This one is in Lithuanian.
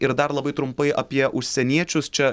ir dar labai trumpai apie užsieniečius čia